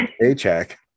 paycheck